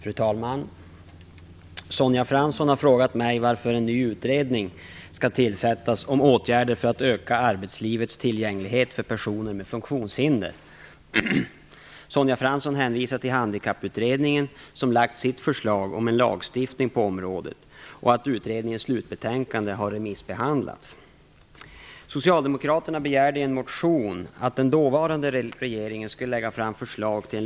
Fru talman! Sonja Fransson har frågat mig varför en ny utredning skall tillsättas om åtgärder för att öka arbetslivets tillgänglighet för personer med funktionshinder. Sonja Fransson hänvisar till Handikapputredningen som lagt sitt förslag om en lagstiftning på området och att utredningens slutbetänkande har remissbehandlats.